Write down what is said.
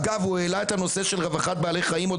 אגב, הוא העלה את הנושא של רווחת בעלי חיים עוד